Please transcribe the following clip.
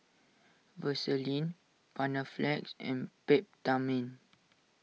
Vaselin Panaflex and Peptamen